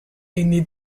aînée